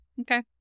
Okay